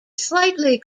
slightly